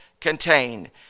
contained